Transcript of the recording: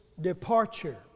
departure